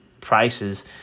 prices